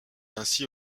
ainsi